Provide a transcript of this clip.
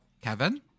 Kevin